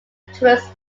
tourist